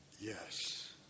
Yes